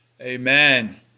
Amen